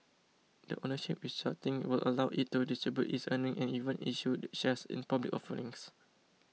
the ownership restructuring will allow it to distribute its earnings and even issue shares in public offerings